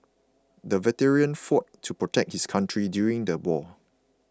the veteran fought to protect his country during the war